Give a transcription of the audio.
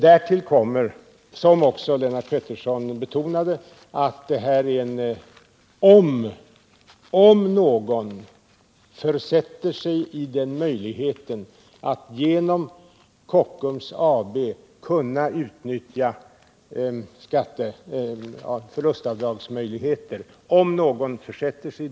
Därtill kommer, som också Lennart Pettersson betonade, problemet om någon skaffar sig i förutsättningar att genom Kockums AB kunna utnyttja förlustavdragsmöjligheten.